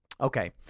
Okay